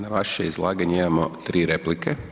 Na vaše izlaganje imamo tri replike.